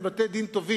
הם בתי- דין טובים.